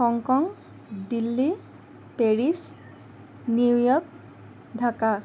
Hong Kong Delhi Paris New York Dhaka